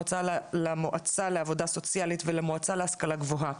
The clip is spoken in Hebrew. למועצה לעבודה הסוציאלית ולמועצה להשכלה גבוהה,